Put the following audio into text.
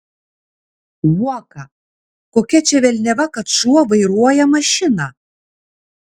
uoką kokia čia velniava kad šuo vairuoja mašiną